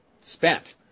spent